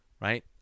Right